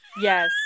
yes